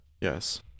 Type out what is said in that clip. yes